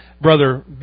Brother